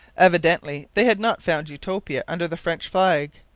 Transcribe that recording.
evidently they had not found utopia under the french flag.